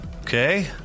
Okay